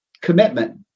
commitment